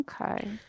Okay